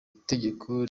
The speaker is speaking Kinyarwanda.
tegeko